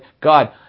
God